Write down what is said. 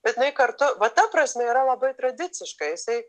bet jinai kartu va ta prasme yra labai tradiciška jisai